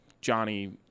Johnny